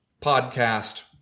podcast